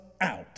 out